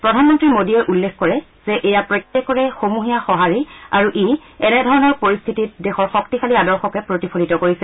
প্ৰধানমন্ত্ৰী মোদীয়ে উল্লেখ কৰে যে এয়া প্ৰত্যেকৰে সমূহীয়া সূঁহাৰি আৰু ইয়ে এনেধৰণৰ পৰিস্থিতিত দেশৰ শক্তিশালী আদৰ্শকে প্ৰতিফলিত কৰিছে